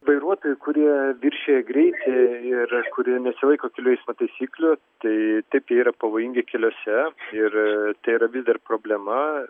vairuotojai kurie viršija greitį ir kurie nesilaiko kelių eismo taisyklių tai taip jie yra pavojingi keliuose ir tai yra vis dar problema